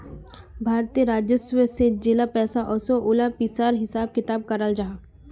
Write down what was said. भारतीय राजस्व से जेला पैसा ओसोह उला पिसार हिसाब किताब कराल जाहा